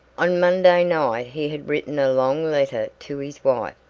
on monday night he had written a long letter to his wife,